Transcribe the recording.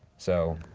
so.